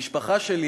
המשפחה שלי